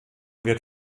wird